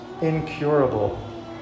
incurable